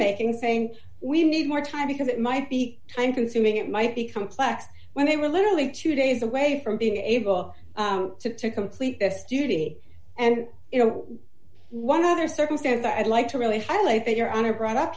making same we need more time because it might be time consuming it might be complex when they were literally two days away from being able to complete this duty and you know one other circumstance i'd like to really highlight that your honor brought up